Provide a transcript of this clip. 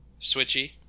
Switchy